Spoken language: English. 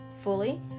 fully